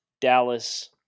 Dallas